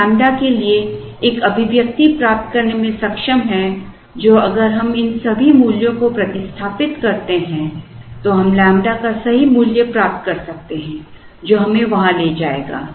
हम लैम्ब्डा के लिए एक अभिव्यक्ति प्राप्त करने में सक्षम हैं जो अगर हम इन सभी मूल्यों को प्रतिस्थापित करते हैं तो हम लैम्ब्डा का सही मूल्य प्राप्त कर सकते हैं जो हमें वहां ले जाएगा